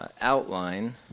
outline